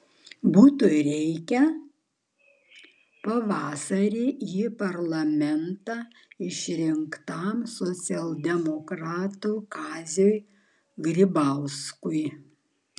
buto reikia pavasarį į parlamentą išrinktam socialdemokratui kaziui grybauskui